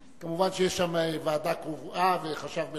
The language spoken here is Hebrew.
כמובן, יש שם ועדה קרואה וחשב מלווה,